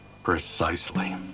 Precisely